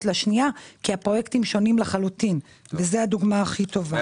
לשנייה כי הפרויקטים שונים לחלוטין וזו הדוגמה הכי טובה.